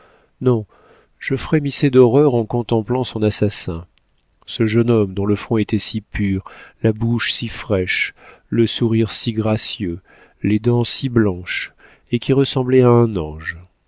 non je frémissais d'horreur en contemplant son assassin ce jeune homme dont le front était si pur la bouche si fraîche le sourire si gracieux les dents si blanches et qui ressemblait à un ange